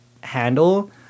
handle